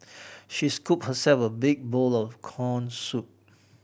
she scooped herself a big bowl of corn soup